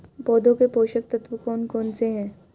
पौधों के पोषक तत्व कौन कौन से हैं?